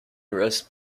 roast